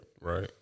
Right